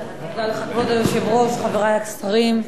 תודה לך, חברי השרים,